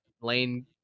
Lane